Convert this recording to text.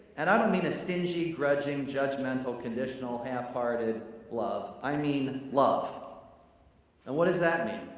and i don't mean a stingy, grudging, judgemental, conditional, half-hearted love. i mean, love. and what does that mean?